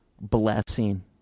blessing